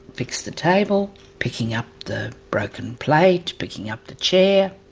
fixes the table, picking up the broken plate, picking up the chair,